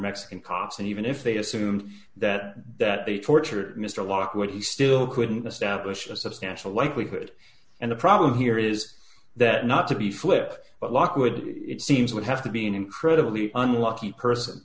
mexican cops and even if they assumed that that they tortured mister locke would he still couldn't establish a substantial likelihood and the problem here is that not to be flip but lockwood it seems would have to be an incredibly unlucky person